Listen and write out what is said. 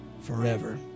forever